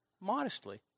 modestly